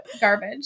garbage